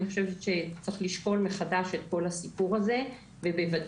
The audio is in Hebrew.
אני חושבת שצריך לשקול מחדש את כל הסיפור הזה ובוודאי